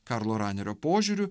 karlo ranerio požiūriu